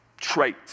trait